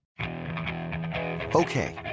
okay